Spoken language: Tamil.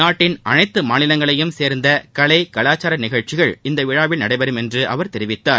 நாட்டின் அனைத்து மாநிலங்கையும் சேர்ந்த கலை கலாச்சார நிகழ்ச்சிகள் இந்த விழாவில் நடைபெறும் என்று அவர் தெரிவித்தார்